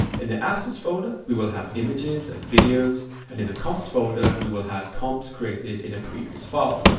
in the assets folder we will have images and videos and in a comps folder we will have comps created in a previous file,